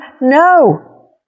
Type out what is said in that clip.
No